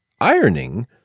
ironing